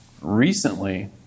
recently